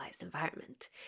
environment